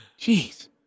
Jeez